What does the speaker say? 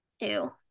ew